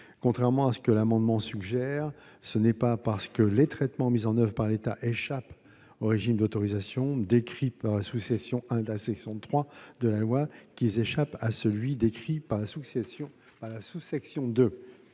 Contrairement à ce qui est suggéré, ce n'est pas parce que les traitements mis en oeuvre par l'État échappent au régime d'autorisation décrit par la sous-section 1 de la section 3 de la loi qu'ils échappent à celui qui est décrit par la sous-section 2.